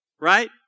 right